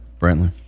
Brantley